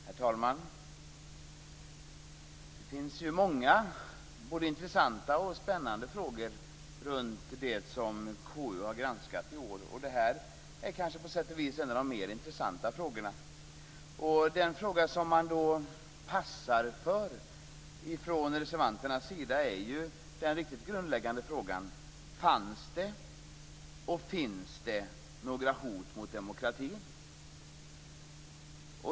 Herr talman! Det finns många både intressanta och spännande frågor runt det som KU har granskat i år. Det här är på sätt och vis en av de mer intressanta frågorna. Den fråga som man passar från reservanternas sida är ju den riktigt grundläggande frågan: Fanns det och finns det några hot mot demokratin?